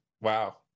Wow